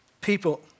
people